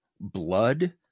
blood